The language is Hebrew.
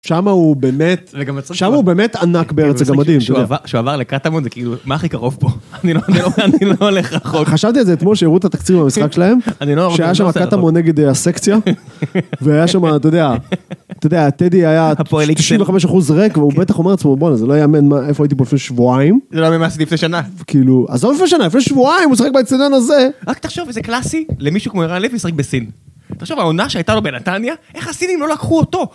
שם הוא באמת, שם הוא באמת ענק בארץ הגמדים. כשהוא עבר לקטמון, זה כאילו, מה הכי קרוב פה? אני לא הולך רחוק. חשבתי על זה אתמול כשהראו את התקציבים במשחק שלהם, שהיה שם הקטמון נגד הסקציה, והיה שם, אתה יודע, אתה יודע, טדי היה 95% ריק, והוא בטח אומר לעצמו, בואנה, זה לא ייאמן, איפה הייתי פה לפני שבועיים. אני לא מאמין מה עשיתי לפני שנה. כאילו, עזוב לפני שנה, לפני שבועיים הוא שיחק באיצטדיון הזה. רק תחשוב איזה קלאסי למישהו כמו ערן לוי לשחק בסין. תחשוב, העונה שהייתה לו בנתניה, איך הסינים לא לקחו אותו?